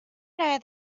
know